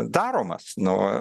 daromas nu